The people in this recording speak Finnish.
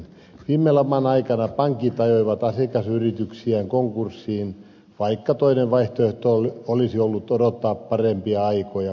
viime laman aikana pankit ajoivat asiakasyrityksiään konkurssiin vaikka toinen vaihtoehto monta kertaa olisi ollut odottaa parempia aikoja